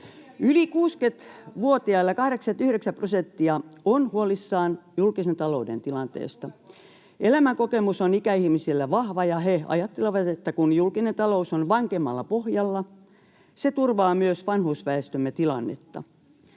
Yli 60-vuotiaista 89 prosenttia on huolissaan julkisen talouden tilanteesta. Elämänkokemus on ikäihmisillä vahva, ja he ajattelevat, että kun julkinen talous on vankemmalla pohjalla, se turvaa myös vanhusväestömme tilannetta.